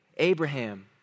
Abraham